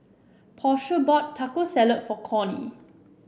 Portia bought Taco Salad for Cornie